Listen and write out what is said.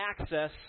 access